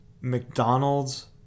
McDonald's